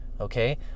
okay